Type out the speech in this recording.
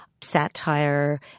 satire